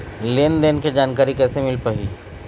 लेन देन के जानकारी कैसे मिल पाही?